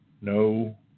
no